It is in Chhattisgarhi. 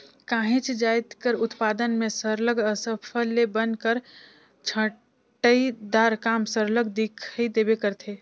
काहींच जाएत कर उत्पादन में सरलग अफसल ले बन कर छंटई दार काम सरलग दिखई देबे करथे